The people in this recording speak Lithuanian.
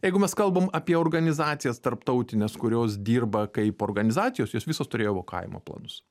jeigu mes kalbam apie organizacijas tarptautines kurios dirba kaip organizacijos jos visos turėjo evakavimo planus